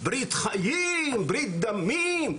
ברית חיים, ברית דמים,